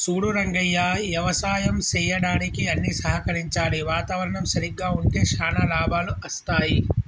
సూడు రంగయ్య యవసాయం సెయ్యడానికి అన్ని సహకరించాలి వాతావరణం సరిగ్గా ఉంటే శానా లాభాలు అస్తాయి